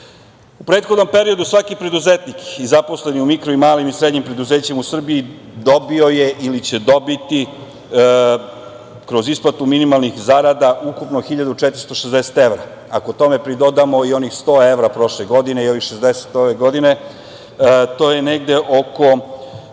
prethodnom periodu svaki preduzetnik i zaposleni u mikro, malim i srednjim preduzećima u Srbiji dobio je ili će dobiti kroz isplatu minimalnih zarada ukupno 1.460 evra. Ako tome pridodamo i onih 100 evra prošle godine i ovih 60 ove godine, to je negde oko